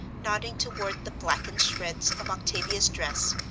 nodding toward the blackened shreds of octavia's dress,